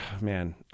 man